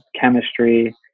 chemistry